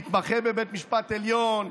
מתמחה בבית משפט עליון,